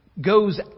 goes